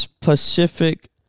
Pacific